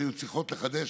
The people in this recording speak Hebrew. שהיו צריכות לחדש